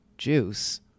juice